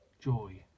joy